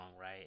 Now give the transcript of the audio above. right